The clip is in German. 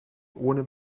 ohne